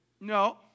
No